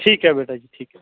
ਠੀਕ ਹੈ ਬੇਟਾ ਜੀ ਠੀਕ ਹੈ